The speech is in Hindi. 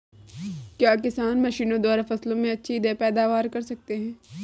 क्या किसान मशीनों द्वारा फसल में अच्छी पैदावार कर सकता है?